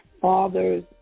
father's